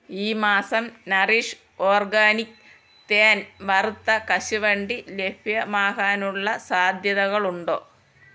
ഈ മാസം Nourish Organic തേൻ വറുത്ത കശുവണ്ടി ലഭ്യമാകാനുള്ള സാധ്യതകളുണ്ടോ